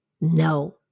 No